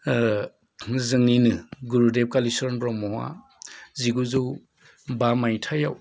जोंनिनो गुरुदेव कालिचरन ब्रह्म आ जिगुजौ बा माइथायाव